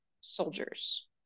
soldiers